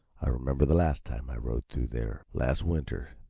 i remember the last time i rode through there last winter,